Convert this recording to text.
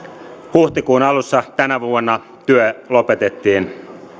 huhtikuun alussa tänä vuonna työ lopetettiin